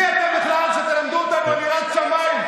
מי אתם בכלל שתלמדו אותנו על יראת שמיים?